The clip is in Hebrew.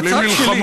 הצד שלי.